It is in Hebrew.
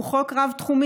הוא חוק רב-תחומי.